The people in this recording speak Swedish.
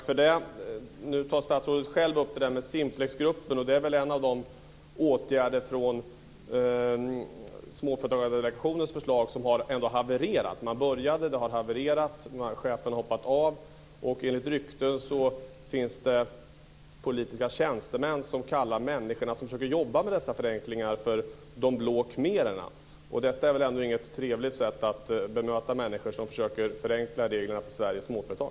Fru talman! Nu tar statsrådet själv upp Simplexgruppen. Det är väl en av de åtgärder från Småföretagsdelegationens förslag som har havererat. Man började arbeta och nu har det havererat. Chefen har hoppat av. Enligt rykten finns det politiska tjänstemän som kallar de människor som försöker jobba med dessa förenklingar för de blå khmererna. Det är väl ändå inget trevligt sätt att bemöta människor som försöker förenkla reglerna för Sveriges småföretag?